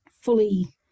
fully